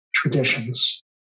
traditions